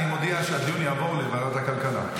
אני מודיע שהדיון יעבור לוועדת הכלכלה.